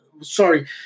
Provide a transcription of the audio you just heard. sorry